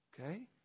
Okay